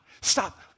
stop